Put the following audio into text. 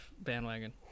bandwagon